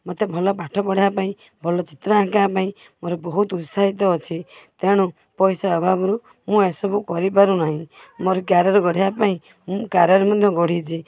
ମୋତେ ଭଲ ପାଠ ପଢ଼ିବା ପାଇଁ ଭଲ ଚିତ୍ର ଅଙ୍କିବା ପାଇଁ ମୋର ବହୁତ ଉତ୍ସାହିତ ଅଛି ତେଣୁ ପଇସା ଅଭାବରୁ ମୁଁ ଏସବୁ କରିପାରୁନାହିଁ ମୋର କ୍ୟାରିୟର ଗଢ଼ିବା ପାଇଁ ମୁଁ କ୍ୟାରିୟର ମଧ୍ୟ ଗଢ଼ିଛି